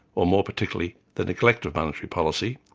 or more particularly, the neglect of monetary policy.